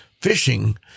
Fishing